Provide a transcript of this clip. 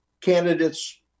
candidates